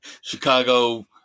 Chicago